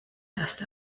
erst